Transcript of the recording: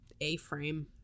A-frame